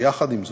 ויחד עם זאת,